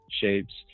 shapes